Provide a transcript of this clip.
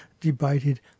debated